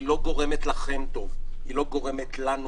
היא לא גורמת לכם טוב, היא לא גורמת לנו טוב,